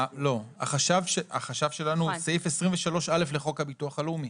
החשב שלנו הוא סעיף 23א לחוק הביטוח הלאומי.